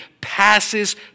passes